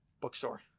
Bookstore